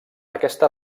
aquesta